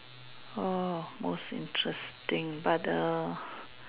oh most interesting but the